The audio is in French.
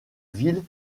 ville